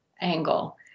angle